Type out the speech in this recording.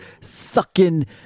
sucking